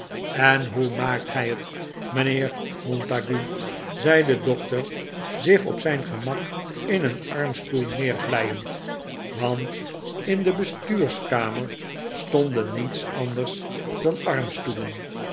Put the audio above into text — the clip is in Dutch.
en hoe maakt gij het mijnheer montague zei de dokter zich op zijn gemak in e en armstoel neervlijend want in de bestuurskamer stonden niets anders dan armstoelen